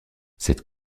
cette